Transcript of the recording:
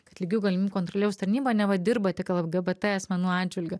kad lygių galimybių kontrolieriaus tarnyba neva dirba tik lgbt asmenų atžvilgiu